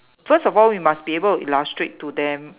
first of all we must be able to illustrate to them